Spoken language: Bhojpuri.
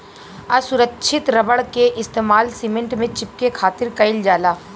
असुरक्षित रबड़ के इस्तेमाल सीमेंट में चिपके खातिर कईल जाला